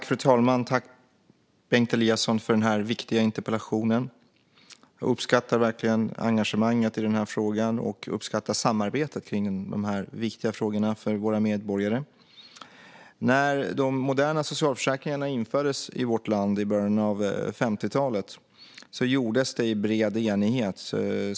Fru talman! Tack, Bengt Eliasson, för den viktiga interpellationen! Jag uppskattar verkligen engagemanget och samarbetet i frågan som är viktig för våra medborgare. När de moderna socialförsäkringarna infördes i vårt land i början av 50-talet gjordes det i bred enighet.